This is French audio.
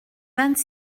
vingt